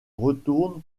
retourne